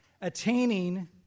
attaining